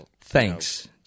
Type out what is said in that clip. Thanks